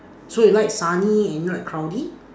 so you like sunny and you like cloudy